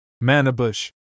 Manabush